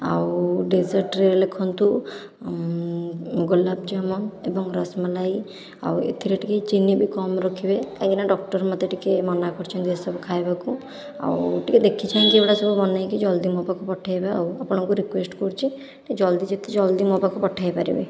ଆଉ ଡେଜର୍ଟରେ ଲେଖନ୍ତୁ ଗୋଲାପ ଯାମୁନ ଏବଂ ରସମଲାଇ ଆଉ ଏଥିରେ ଟିକିଏ ଚିନି ବି କମ ରଖିବେ କାରଣ ଡକ୍ଟର ମୋତେ ଟିକିଏ ମନା କରିଛନ୍ତି ଏସବୁ ଖାଇବାକୁ ଆଉ ଟିକିଏ ଦେଖି ଚାହିଁକି ଏଗୁଡ଼ାକ ସବୁ ବନେଇକି ଟିକିଏ ଜଲ୍ଦି ମୋ ପାଖକୁ ପଠେଇବେ ଆପଣଙ୍କୁ ରିକୁଏଷ୍ଟ କରୁଛି ଟିକିଏ ଜଲ୍ଦି ଯେତେ ଜଲ୍ଦି ମୋ ପାଖକୁ ପଠେଇ ପାରିବେ